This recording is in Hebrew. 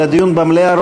של הדיון במליאה,